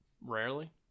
Rarely